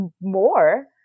more